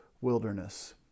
wilderness